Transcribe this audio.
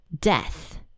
death